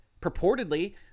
purportedly